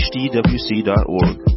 hdwc.org